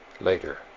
later